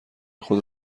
خود